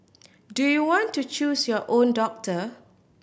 do you want to choose your own doctor